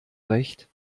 recht